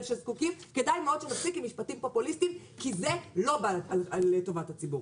שזקוקים כדאי מאוד שנפסיק עם משפטים פופוליסטיים כי זה לא לטובת הציבור.